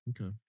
Okay